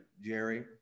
Jerry